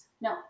no